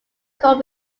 cole